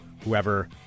Whoever